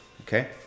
okay